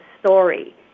story